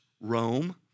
Rome